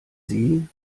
sie